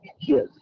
Yes